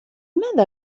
ماذا